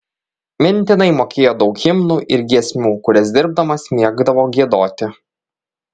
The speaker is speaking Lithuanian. mintinai mokėjo daug himnų ir giesmių kurias dirbdamas mėgdavo giedoti